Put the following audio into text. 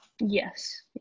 Yes